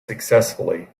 successfully